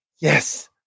Yes